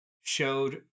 showed